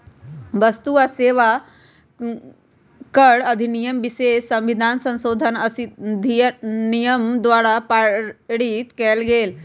वस्तु आ सेवा कर अधिनियम विशेष संविधान संशोधन अधिनियम द्वारा पारित कएल गेल